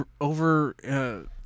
over